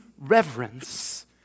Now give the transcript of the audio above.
reverence